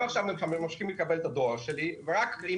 הם ממשיכים לקבל את הדואר שלי ורק אם